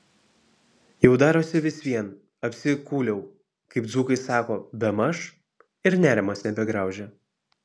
jau darosi vis vien apsikūliau kaip dzūkai sako bemaž ir nerimas nebegraužia